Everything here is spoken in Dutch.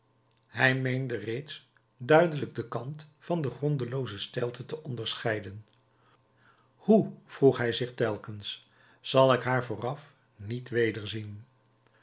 hij meende reeds duidelijk den kant van de grondelooze steilte te onderscheiden hoe vroeg hij zich telkens zal ik haar vooraf niet wederzien